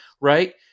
right